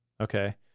Okay